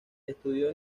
estudió